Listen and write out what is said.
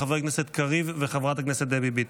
לחבר הכנסת קריב ולחברת הכנסת דבי ביטון.